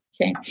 Okay